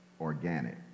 organic